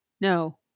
No